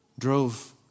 drove